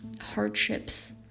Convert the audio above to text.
hardships